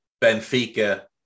Benfica